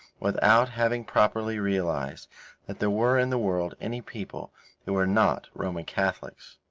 without having properly realized that there were in the world any people who were not roman catholics.